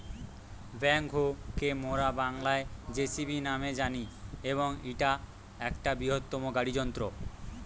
backhoe কে মোরা বাংলায় যেসিবি ন্যামে জানি এবং ইটা একটা বৃহত্তম গাড়ি যন্ত্র